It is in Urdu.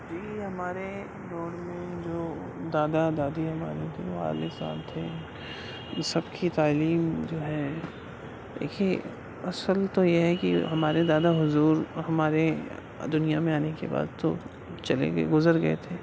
جی ہمارے دور میں جو دادا دادی ہمارے تھے والد صاحب تھے سب کی تعلیم جو ہے ایک ہی اصل تو یہ ہے کہ ہمارے دادا حضور ہمارے دنیا میں آنے کے بعد تو چلے گئے گذر گئے تھے